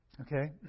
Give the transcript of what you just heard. Okay